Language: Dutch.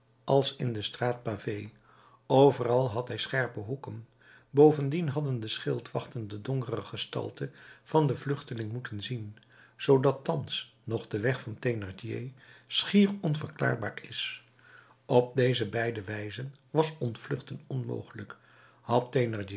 als in de straat pavée overal had hij scherpe hoeken bovendien hadden de schildwachten de donkere gestalte van den vluchteling moeten zien zoodat thans nog de weg van thénardier schier onverklaarbaar is op deze beide wijzen was ontvluchten onmogelijk had